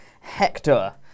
Hector